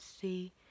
see